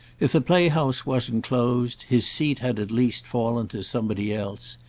if the playhouse wasn't closed his seat had at least fallen to somebody else.